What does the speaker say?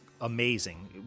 amazing